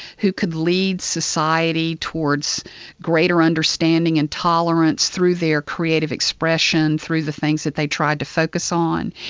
who could lead society towards greater understanding and tolerance through their creative expression, through the things that they tried to focus on.